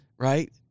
Right